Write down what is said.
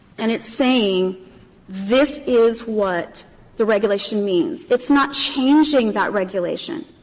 and it's saying this is what the regulation means. it's not changing that regulation,